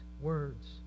words